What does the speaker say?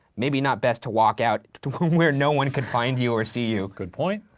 maybe not best to walk out where no one can find you or see you. good point.